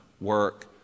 work